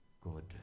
good